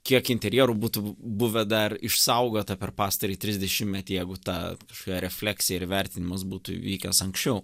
kiek interjerų būtų buvę dar išsaugota per pastarąjį trisdešimtmetį jeigu ta kažkokia refleksija ir vertinimas būtų įvykęs anksčiau